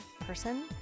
person